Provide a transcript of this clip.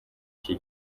iki